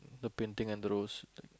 the painting and the rose like